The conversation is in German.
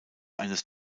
eines